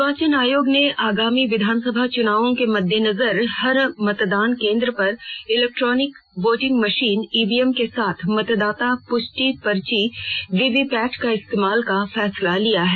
निर्वाचन आयोग ने आगामी विधानसभा चुनावों के मद्देनजर हर मतदान केन्द्र पर इलेक्ट्रॉनिक वोटिंग मशीन ईवीएम के साथ मतदाता पुष्टि पर्ची वीवीपैट के इस्तेमाल का फैसला लिया है